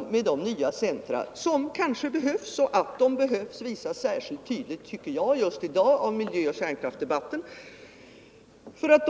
kompletteras med de nya centra som kanske behövs. Och att de behövs visar särskilt tydligt den miljöoch kärnkraftsdebatt som nu förs.